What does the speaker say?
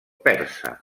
persa